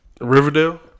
Riverdale